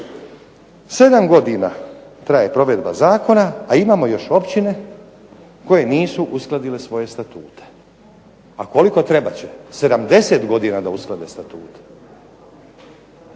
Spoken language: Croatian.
evo 7 godina traje provedba zakona, a imamo još općine koje nisu uskladile svoje statute. A koliko trebat će? 70 godina da usklade statute?